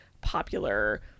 popular